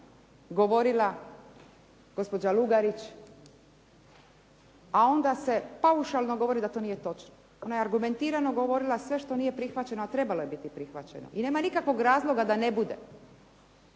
govorila gospođa Lugarić, a onda se paušalno govori da to nije točno. Ona je argumentirano govorila sve što nije prihvaćeno, a trebalo je biti prihvaćeno i nema nikakvog razloga da ne bude.